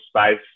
space